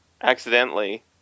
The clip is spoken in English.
accidentally